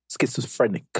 schizophrenic